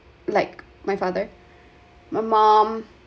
like my father my mom